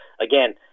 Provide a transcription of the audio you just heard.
again